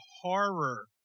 horror